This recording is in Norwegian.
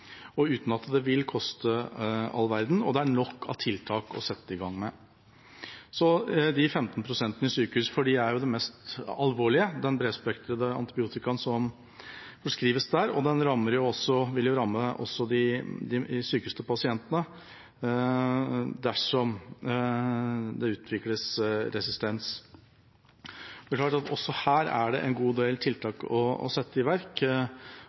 og uten at det vil koste all verden. Det er nok av tiltak å sette i gang med. Så til de 15 pst. i sykehusene, som er de mest alvorlige, den bredspektrede antibiotikaen som forskrives der. Den vil jo også ramme de sykeste pasientene dersom det utvikles resistens. Også her er det en god del tiltak å sette i verk.